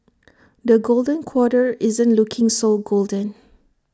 the golden quarter isn't looking so golden